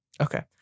Okay